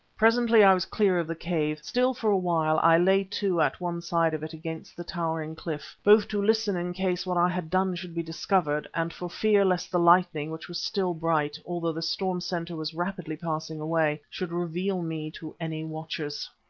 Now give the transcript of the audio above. presently i was clear of the cave. still for a while i lay to at one side of it against the towering cliff, both to listen in case what i had done should be discovered, and for fear lest the lightning which was still bright, although the storm centre was rapidly passing away, should reveal me to any watchers.